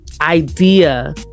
idea